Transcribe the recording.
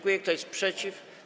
Kto jest przeciw?